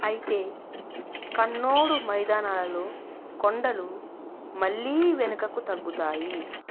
అయితే కన్నోడ్ మైదానాలలో కొండలు మళ్ళీ వెనకకు తగ్గుతాయి